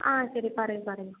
ആ ശരി പറയൂ പറയൂ